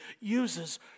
uses